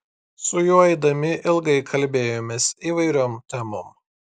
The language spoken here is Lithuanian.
su juo eidami ilgai kalbėjomės įvairiom temom